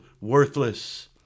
worthless